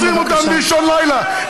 שעוצרים אותם באישון לילה,